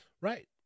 Right